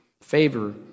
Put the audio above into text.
favor